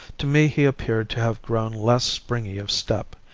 to me he appeared to have grown less springy of step,